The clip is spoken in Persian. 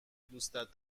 دوستت